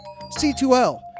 c2l